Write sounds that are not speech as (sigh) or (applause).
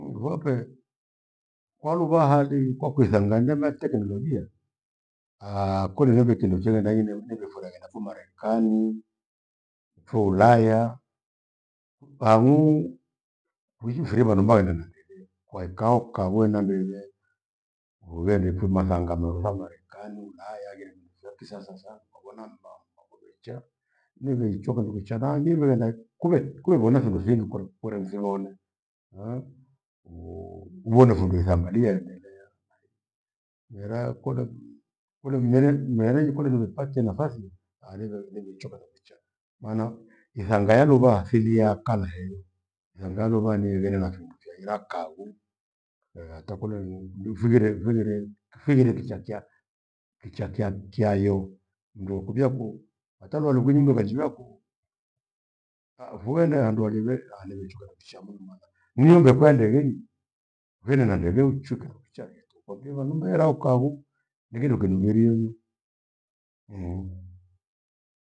Vape kwaluvaha hadi kwakuithanganya nyame take kindo hio (hesitation) kole nioke tindo chegha na ineo nighefurahi ghenda fuma Marekani, fo Ulaya. Pang'uu withi mfiri vandu vaghenda nathi du, kwaikaa ukawe nambilie ugherifuma thanga merura Marekani, Ulaya ghire mndu thaatisa sasa, kwavona m- bamba kwavechea niwichwa kandu kichaa namiile laki kule- kule vona vindi kure- nifibone eeh! (hesitation) Uone fundu ithamalia endelea miraa kothe bii kole mire- mire kole nighepatia nafasi ah! nivelo nighechoka kwa kichaa maana ithanga ya luva asili ya kala hei, yaghaluva niirera na fyombo vaira khaghu ehe atakoleniu- nifughire hughwire tufithile kithachia. Ichakia kyayo mndu wakuviaku hata malughu inyi mndu kwanjivia ku- kha vughende handu ajeghe ah- nimechoka na kucha muu mada. Nioghe kwa ndeghenyi, viende na ndeghe- ou chuka kichaa gheto kwa viva namba era ukaa huu nighire kindu merie. (hesitation)